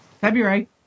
February